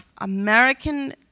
American